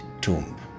tomb